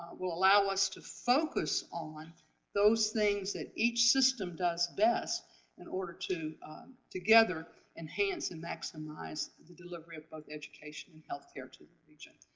will allow us to focus on those things that each system does best in order to together enhance and maximize the delivery of both education and health care to the region.